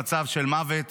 במצב של מוות,